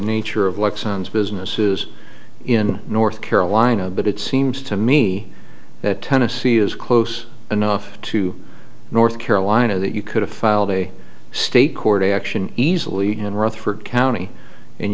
nature of luck sounds businesses in north carolina but it seems to me that tennessee is close enough to north carolina that you could have filed a state court action easily and rutherford county and